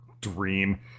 dream